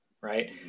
right